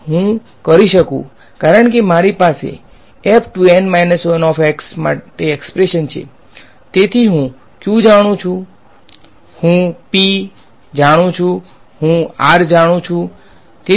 હું કરી શકું છું કારણ કે મારી પાસે માટે એક્સ્પ્રેશન છે તેથી હું q જાણું છું હું p જાણું છું હું r જાણું છું